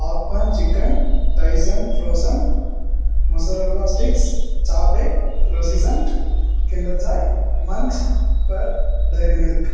popcorn chicken tyson frozen mozzarella sticks chocolate croissant kinder joy much perk dairy milk